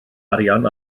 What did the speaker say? arian